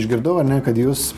išgirdau ar ne kad jūs